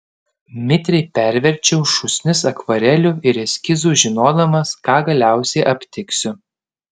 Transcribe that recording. mitriai perverčiau šūsnis akvarelių ir eskizų žinodamas ką galiausiai aptiksiu